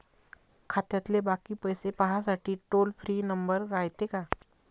खात्यातले बाकी पैसे पाहासाठी टोल फ्री नंबर रायते का?